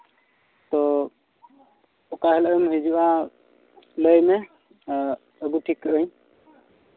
ᱛᱳ ᱚᱠᱟ ᱦᱤᱞᱳᱜ ᱮᱢ ᱦᱤᱡᱩᱜᱼᱟ ᱞᱟᱹᱭ ᱢᱮ ᱟᱹᱜᱩ ᱴᱷᱤᱠ ᱠᱟᱜᱼᱟᱹᱧ